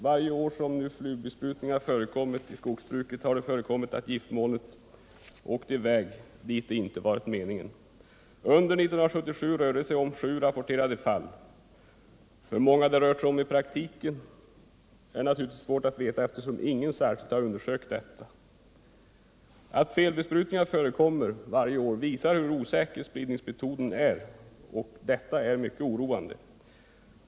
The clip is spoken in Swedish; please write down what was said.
Varje år då flygbesprutningar förekommit i skogsbruket har det också förekommit att giftmolnet åkt i väg dit det inte varit meningen att det skulle nå. Under 1977 rör det sig om sju rapporterade fall — men hur många det kan röra sig om i praktiken är naturligtvis svårt att veta, eftersom ingen särkskilt har undersökt detta. Att felbesprutningar förekommer varje år visar också hur osäker spridningsmetoden är. Detta är mycket oroande.